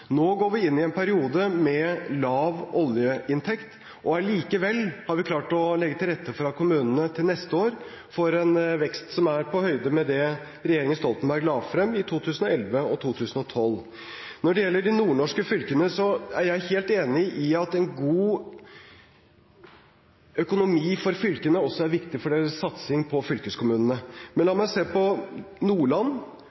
Nå går vi inn i en periode med lav oljeinntekt, og allikevel har vi klart å legge til rette for at kommunene til neste år får en vekst som er på høyde med det regjeringen Stoltenberg la frem i 2011 og 2012. Når det gjelder de nordnorske fylkene, er jeg helt enig i at en god økonomi for fylkene også er viktig for deres satsing på fylkeskommunene. Men la